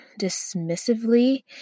dismissively